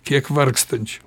kiek vargstančių